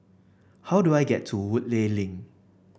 how do I get to Woodleigh Link